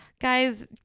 Guys